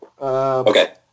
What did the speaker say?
Okay